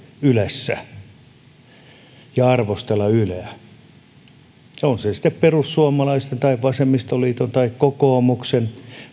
ylessä ja arvostella yleä on se sitten perussuomalaisten vasemmistoliiton tai kokoomuksen